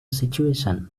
situation